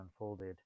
Unfolded